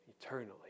eternally